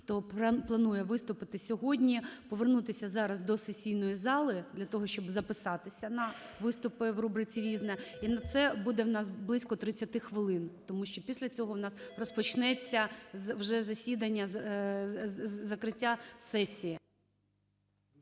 хто планує виступити сьогодні, повернутися зараз до сесійної зали для того, щоб записатися на виступи в рубриці "Різне". І на це буде в нас близько 30 хвилин, тому що після цього в нас розпочнеться вже засідання, закриття сесії.